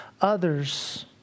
others